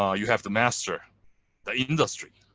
ah you have to master the industry.